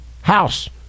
house